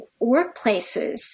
workplaces